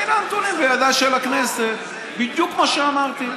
הינה הנתונים של הכנסת בידי, בדיוק מה שאמרתי.